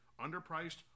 Underpriced